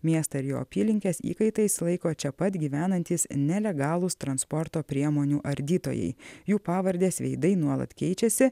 miestą ir jo apylinkes įkaitais laiko čia pat gyvenantys nelegalūs transporto priemonių ardytojai jų pavardės veidai nuolat keičiasi